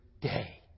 day